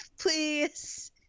please